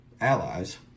allies